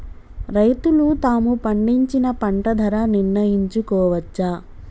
రైతులు తాము పండించిన పంట ధర నిర్ణయించుకోవచ్చా?